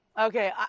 Okay